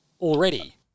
already